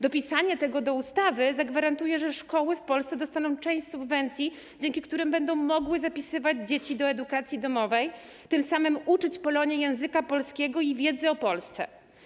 Dopisanie tego do ustawy zagwarantuje, że szkoły w Polsce dostaną część subwencji, dzięki której będą mogły zapisywać dzieci do edukacji domowej, tym samym uczyć Polonię języka polskiego i wiedzy o Polsce.